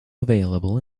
available